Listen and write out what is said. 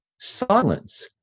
silence